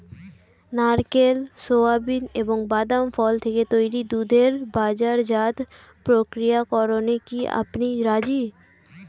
নারকেল, সোয়াবিন এবং বাদাম ফল থেকে তৈরি দুধের বাজারজাত প্রক্রিয়াকরণে কি আপনি রাজি?